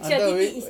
I thought already